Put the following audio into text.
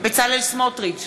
בצלאל סמוטריץ,